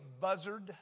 buzzard